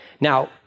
Now